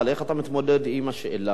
אבל איך אתה מתמודד עם השאלה,